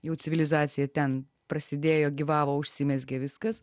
jau civilizacija ten prasidėjo gyvavo užsimezgė viskas